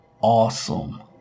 awesome